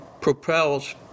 propels